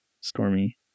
stormy